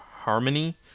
harmony